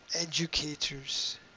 educators